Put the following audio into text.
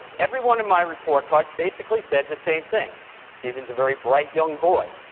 every one of my report cards basically said the same thing steven is a very bright young boy,